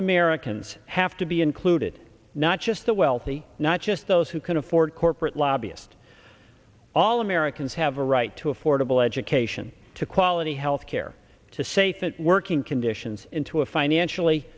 americans have to be included not just the wealthy not just those who can afford corporate lobbyist all americans have a right to affordable education to quality health care to say that working conditions into a financially